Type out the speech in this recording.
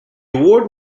award